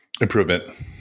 Improvement